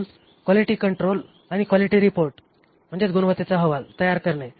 म्हणून quality control आणि quality report गुणवत्तेचा अहवाल तयार करणे